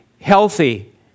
healthy